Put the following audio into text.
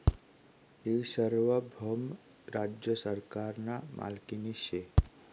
ती सार्वभौम राज्य सरकारना मालकीनी शे